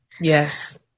yes